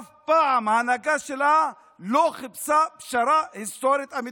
אף פעם ההנהגה שלה לא חיפשה פשרה היסטורית אמיתית.